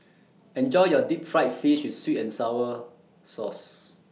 Enjoy your Deep Fried Fish with Sweet and Sour Sauce